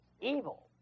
evil